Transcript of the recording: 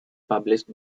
published